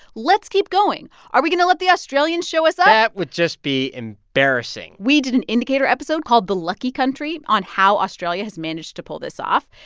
let's keep going. are we going to let the australians show us ah up? that would just be embarrassing we did an indicator episode called the lucky country on how australia has managed to pull this off.